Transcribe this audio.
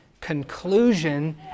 conclusion